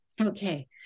Okay